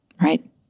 Right